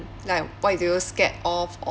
like what do you scared of